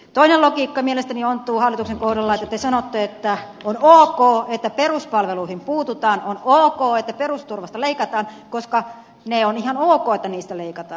toinen logiikka mielestäni ontuu hallituksen kohdalla siinä että te sanotte että on ok että peruspalveluihin puututaan on ok että perusturvasta leikataan koska on ihan ok että niistä leikataan